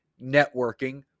networking